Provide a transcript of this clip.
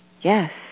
Yes